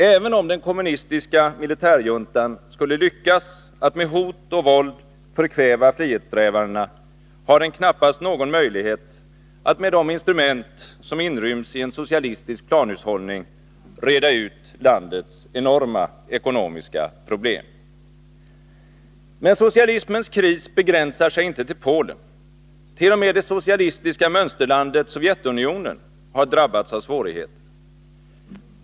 Även om den kommunistiska militärjuntan skulle lyckas att med hot och våld förkväva frihetssträvandena, har den knappast någon möjlighet att — med de instrument som inryms i en socialistisk planhushållning — reda ut landets enorma ekonomiska problem. Men socialismens kris begränsar sig inte till Polen. T. o. m. det socialistiska mönsterlandet, Sovjetunionen, har drabbats av svårigheter.